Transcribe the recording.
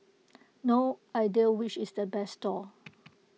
no idea which is the best stall